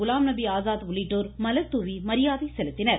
குலாம்நபி ஆசாத் உள்ளிட்டோர் மலர்தாவி மரியாதை செலுத்தினர்